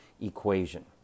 equation